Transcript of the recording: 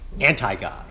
anti-God